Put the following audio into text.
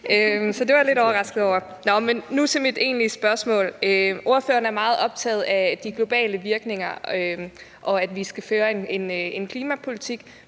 Så det var jeg lidt overrasket over. Nu til mit egentlige spørgsmål. Ordføreren er meget optaget af de globale virkninger og af, at vi skal føre en klimapolitik,